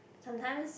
sometimes